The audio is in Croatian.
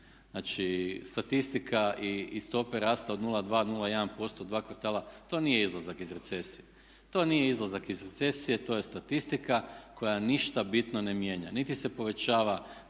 Znači statistika i stope rasta od 0,2, 0,1% dva kvartala to nije izlazak iz recesije, to nije izlazak iz recesije, to je statistika koja ništa bitno ne mijenja, niti se povećava